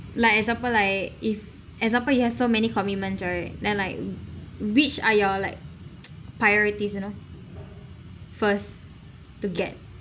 like example like if example you have so many commitments right then like which are your like priorities you know first to get